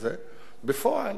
ובפועל